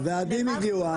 הוועדים הגיעו.